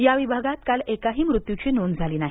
या विभागात काल एकाही मृत्यूची नोंद झाली नाही